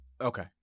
Okay